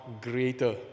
greater